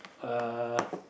uh